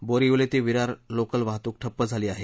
बोरीवली ते विरार लोकल वाहतूक ठप्प झाली आहे